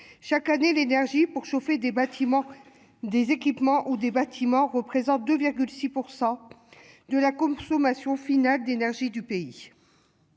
Chaque année l'énergie pour chauffer des bâtiments des équipements ou des bâtiments représentent de 6%. De la consommation finale d'énergie du pays.